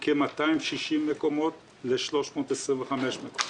- מכ-260 מקומות ל-325 מקומות.